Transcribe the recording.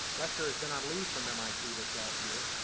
lester has been on leave from mit this last year,